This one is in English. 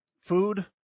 food